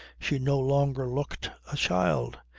she no longer looked a child.